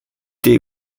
thé